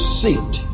seat